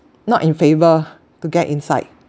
not in favour to get inside